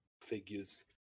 figures